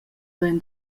vein